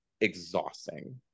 exhausting